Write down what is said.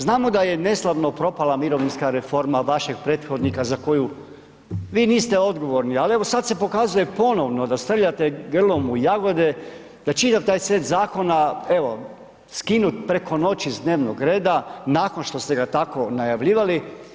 Znamo da je neslavno propala mirovinska reforma vašeg prethodnika za koju vi niste odgovorni ali evo sad se pokazuje ponovno da srljate grlom u jagode, da čitav taj set zakona, evo skinut preko noći s dnevnog reda nakon što ste ga tako najavljivali.